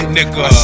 Nigga